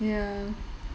ya